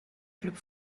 clubs